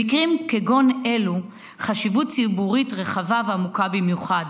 למקרים כגון אלה חשיבות ציבורית רחבה ועמוקה במיוחד.